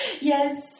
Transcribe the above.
Yes